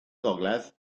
gogledd